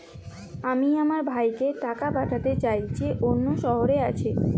আমি আমার ভাইকে টাকা পাঠাতে চাই যে অন্য শহরে থাকে